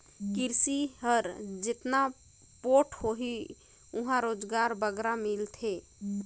किरसी हर जेतना पोठ होही उहां रोजगार बगरा मिलथे